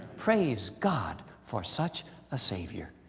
praise god for such a savior.